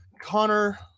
connor